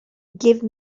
give